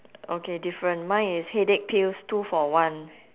okay different mine is headache pills two for one